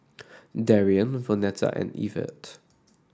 Darrien Vonetta and Evert